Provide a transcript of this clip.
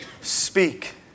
speak